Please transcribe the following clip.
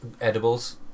edibles